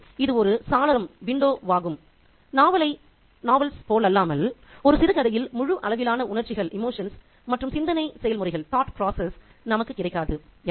எனவே இது ஒரு சாளரம் ஆகும் நாவலைப் போலல்லாமல் ஒரு சிறுகதையில் முழு அளவிலான உணர்ச்சிகள் மற்றும் சிந்தனை செயல்முறைகள் நமக்கு கிடைக்காது